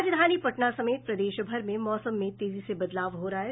राजधानी पटना समेत प्रदेश भर में मौसम में तेजी से बदलाव हो रहा है